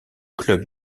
club